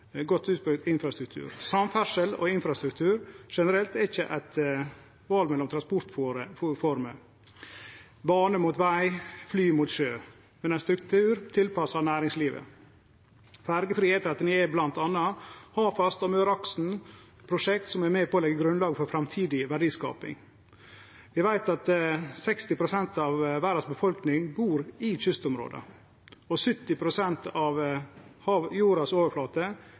godt utbygd infrastruktur. Samferdsel og infrastruktur generelt er ikkje eit val mellom transportformer – bane mot veg, fly mot sjø – men ein struktur tilpassa næringslivet. Ferjefri E39 med bl.a. Hafast og Møreaksen er prosjekt som er med på å leggje grunnlag for framtidig verdiskaping. Vi veit at 60 pst. av verdas befolkning bur i kystområda, og 70 pst. av jordoverflata består av hav.